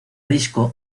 disco